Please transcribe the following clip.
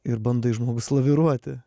ir bandai žmogus laviruoti